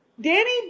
Danny